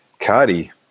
Cardi